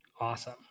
Awesome